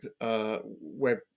web